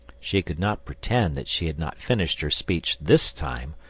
she could not pretend that she had not finished her speech this time,